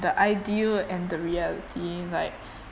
the ideal and the reality like